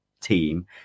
team